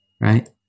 right